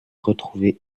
retrouvée